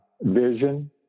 vision